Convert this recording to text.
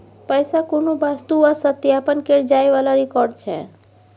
पैसा कुनु वस्तु आ सत्यापन केर जाइ बला रिकॉर्ड छै